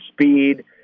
speed